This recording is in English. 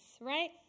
right